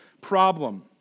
problem